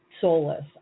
soulless